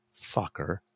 fucker